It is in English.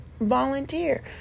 volunteer